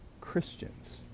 Christians